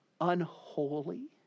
unholy